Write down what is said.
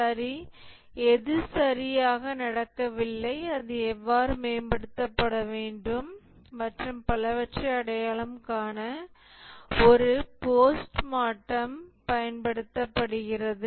சரி எது சரியாக நடக்கவில்லை அது எவ்வாறு மேம்படுத்தப்பட வேண்டும் மற்றும் பலவற்றை அடையாளம் காண ஒரு போஸ்ட் மார்டேம் பயன்படுத்தப்படுகிறது